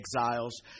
exiles